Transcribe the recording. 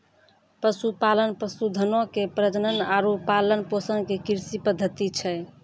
पशुपालन, पशुधनो के प्रजनन आरु पालन पोषण के कृषि पद्धति छै